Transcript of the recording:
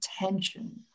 attention